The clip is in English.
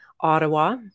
Ottawa